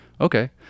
okay